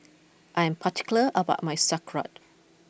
I am particular about my Sauerkraut